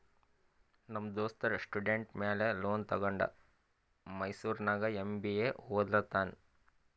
ನಮ್ ದೋಸ್ತ ಸ್ಟೂಡೆಂಟ್ ಮ್ಯಾಲ ಲೋನ್ ತಗೊಂಡ ಮೈಸೂರ್ನಾಗ್ ಎಂ.ಬಿ.ಎ ಒದ್ಲತಾನ್